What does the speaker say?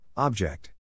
Object